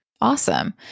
Awesome